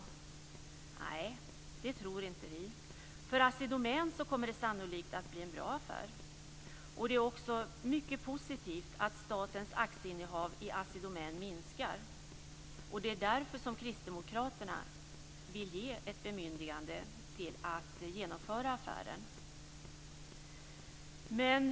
Nej, det tror inte vi. För Assi Domän kommer det sannolikt att bli en bra affär. Det är också mycket positivt att statens aktieinnehav i Assi Domän minskar. Det är därför Kristdemokraterna vill ge ett bemyndigande till att genomföra affären.